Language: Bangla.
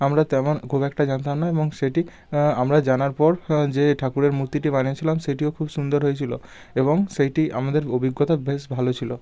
আমরা তেমন খুব একটা জানতাম না এবং সেটি আমরা জানার পর যে ঠাকুরের মূর্তিটি বানিয়েছিলাম সেটিও খুব সুন্দর হয়েছিলো এবং সেইটি আমাদের অভিজ্ঞতা বেশ ভালো ছিলো